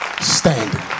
standing